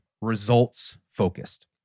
results-focused